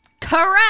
Correct